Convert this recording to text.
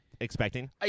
expecting